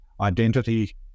identity